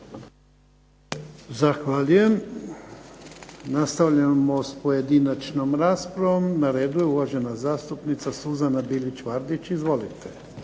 Zahvaljujem. Nastavljamo s pojedinačnom raspravom. Na redu je uvažena zastupnica Suzana Bilić Vardić. Izvolite.